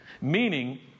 meaning